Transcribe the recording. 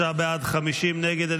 33 בעד, 50 נגד.